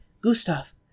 Gustav